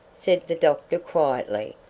said the doctor quietly.